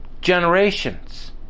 generations